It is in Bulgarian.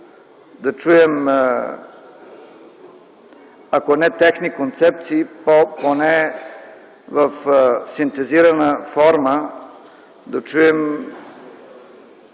да чуем, ако не техни концепции, то поне в синтезирана форма да чуем